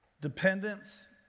Dependence